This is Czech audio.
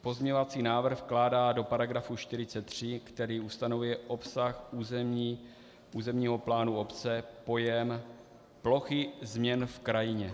Pozměňovací návrh vkládá do § 43, který ustanovuje obsah územního plánu obce pojem plochy změn v krajině.